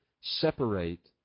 separate